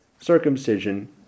circumcision